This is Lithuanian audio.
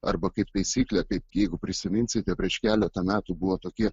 arba kaip taisyklė kaip jeigu prisiminsite prieš keletą metų buvo tokie